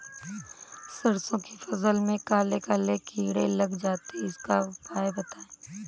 सरसो की फसल में काले काले कीड़े लग जाते इसका उपाय बताएं?